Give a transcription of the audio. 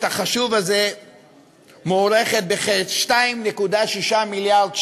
החשוב הזה מוערכת בכ-2.6 מיליארד שקל,